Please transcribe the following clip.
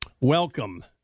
Welcome